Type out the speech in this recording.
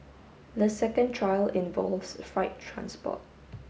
the second trial involves fright transport